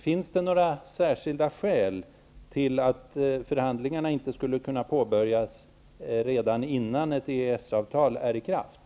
Finns det några särskilda skäl till att förhandlingarna inte skulle kunna påbörjas redan innan ett EES-avtal har trätt i kraft?